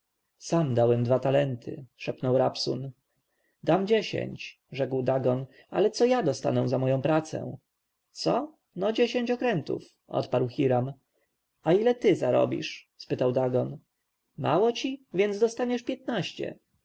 sam dałem dwa talenty szepnął rabsun dam dziesięć rzekł dagon ale co ja dostanę za moją pracę co no dziesięć okrętów odparł hiram a ty ile zarobisz spytał dagon mało ci więc dostaniesz piętnaście